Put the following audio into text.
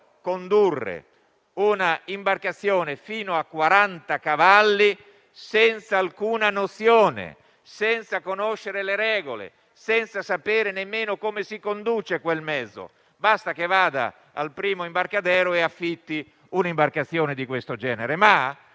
condurre un'imbarcazione fino a 40 cavalli senza alcuna nozione, senza conoscere le regole, senza sapere nemmeno come si conduce quel mezzo; basta che vada al primo imbarcadero e affitti un'imbarcazione di questo genere.